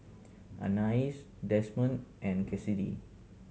Anais Desmond and Cassidy